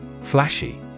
Flashy